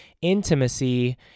intimacy